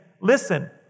listen